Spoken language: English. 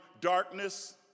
darkness